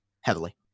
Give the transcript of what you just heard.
heavily